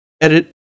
edit